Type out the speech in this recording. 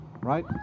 right